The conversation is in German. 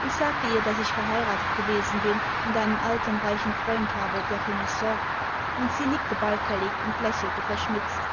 ich sagte ihr daß ich verheiratet gewesen bin und einen alten reichen freimd habe der für mich sorgt und sie nickte beifällig und lächelte verschmitzt